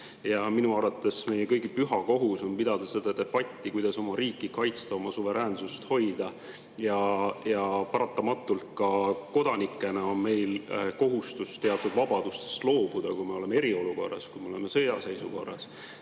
Minu arvates on meie kõigi püha kohus pidada debatti, kuidas oma riiki kaitsta ja oma suveräänsust hoida. Paratamatult on ka kodanikena meil kohustus teatud vabadustest loobuda, kui me oleme eriolukorras või kui me oleme sõjaseisukorras.